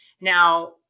Now